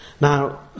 Now